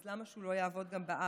אז למה שהוא לא יעבוד גם בארץ?